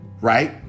right